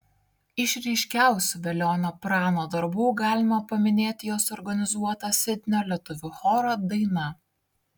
iš ryškiausių velionio prano darbų galima paminėti jo suorganizuotą sidnio lietuvių chorą daina